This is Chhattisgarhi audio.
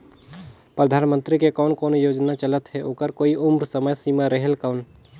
परधानमंतरी के कोन कोन योजना चलत हे ओकर कोई उम्र समय सीमा रेहेल कौन?